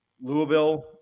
Louisville